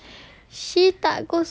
ya